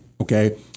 Okay